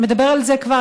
מדבר על זה כבר,